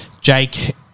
Jake